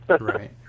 Right